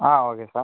ah okay sir